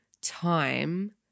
time